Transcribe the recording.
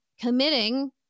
committing